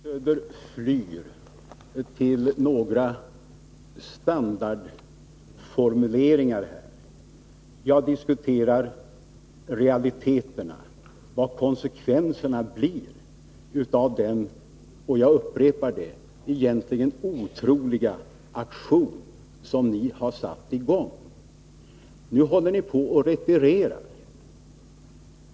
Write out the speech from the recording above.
Herr talman! Fru Söder flyr till några standardformuleringar. Jag diskuterar realiteterna, vad konsekvenserna blir av den — jag upprepar det — egentligen otroliga aktion som ni har satt i gång. Nu håller ni på och retirerar.